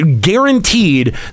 guaranteed